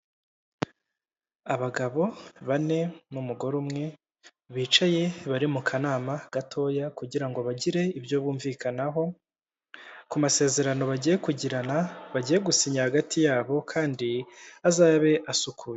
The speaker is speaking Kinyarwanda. Abagabo bane n'umugore umwe bicaye bari mu kanama gatoya kugira ngo bagire ibyo bumvikanaho ku masezerano bagiye kugirana bagiye gusinya hagati yabo kandi azabe asukuye.